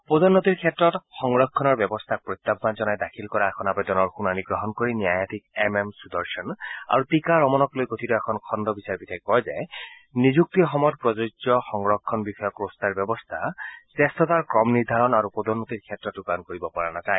পদোল্নতিৰ ক্ষেত্ৰত সংৰক্ষণৰ ব্যৱস্থাক প্ৰত্যাহান জনাই দাখিল কৰা এখন আবেদনৰ শুনানী গ্ৰহণ কৰি ন্যায়াধীশ এম এম সুদৰ্শন আৰু টিকা ৰমনক লৈ গঠিত এখন খণ্ড বিচাৰপীঠে কয় যে নিযুক্তিৰ সময়ত প্ৰযোজ্য সংৰক্ষণ বিষয়ক ৰোষ্টাৰ ব্যৱস্থা জ্যেষ্ঠতাৰ ক্ৰম নিৰ্ধাৰণ আৰু পদোন্নতিৰ ক্ষেত্ৰত ৰূপায়ণৰ কৰিব পৰা নাযায়